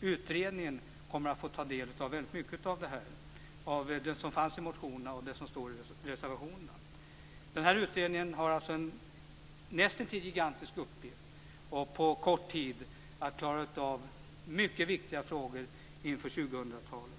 utredningen kommer att få syssla med mycket av det som tas upp i motionerna och som anförs i reservationerna. Utredningen har en näst intill gigantisk uppgift, att på kort tid klara mycket viktiga frågor inför 2000 talet.